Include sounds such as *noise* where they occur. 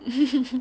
*laughs*